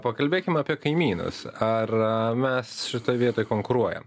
pakalbėkim apie kaimynus ar mes šitoj vietoj konkuruojam